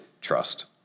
trust